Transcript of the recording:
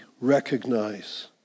recognize